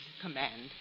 command